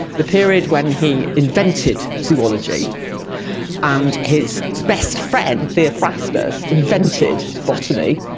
the period when he invented zoology and his best friend, theophrastus, invented botany,